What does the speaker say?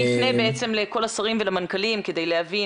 אני אפנה בעצם לכל השרים ולמנכ"לים כדי להבין.